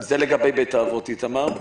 זה לגבי בתי-האבות, איתמר.